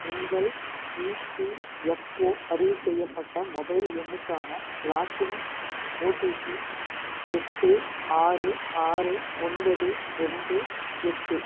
உங்கள் ஈபிஎஃப்ஓ பதிவு செய்யப்பட்ட மொபைல் எண்ணுக்கான லாக்இன் ஓடிபி எட்டு ஆறு ஆறு ஒன்பது ரெண்டு எட்டு